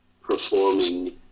performing